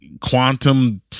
quantum